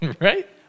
right